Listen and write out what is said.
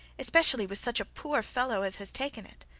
especially with such a poor fellow as has taken it.